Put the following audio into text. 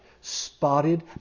spotted